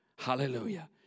Hallelujah